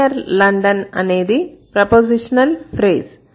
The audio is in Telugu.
Near London అనేది ప్రపోజిషనల్ ఫ్రేజ్